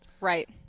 Right